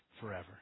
forever